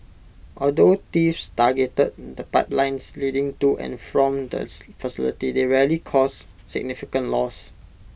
although thieves targeted the the pipelines leading to and from the facility they rarely caused significant loss